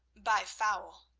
by foul.